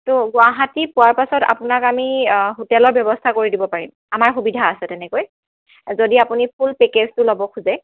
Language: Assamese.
তো গুৱাহাটীত পোৱাৰ পিছত আপোনাক আমি হোটেলৰ ব্যৱস্থা কৰি দিব পাৰিম আমাৰ সুবিধা আছে তেনেকৈ যদি আপুনি ফুল পেকেজটো ল'ব খোজে